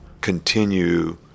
continue